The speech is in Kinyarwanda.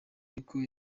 niko